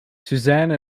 suzanne